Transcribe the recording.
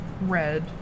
red